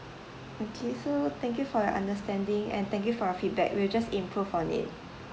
okay so thank you for your understanding and thank you for your feedback we'll just improve on it